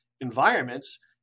environments